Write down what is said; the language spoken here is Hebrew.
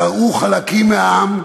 קרעו חלקים מהעם,